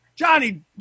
Johnny